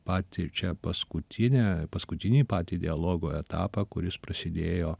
patį ir čia paskutinę paskutinį patį dialogo etapą kuris prasidėjo